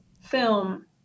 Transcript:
film